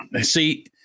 See